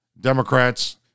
Democrats